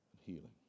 healing